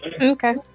Okay